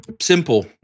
Simple